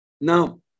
Now